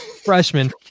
freshman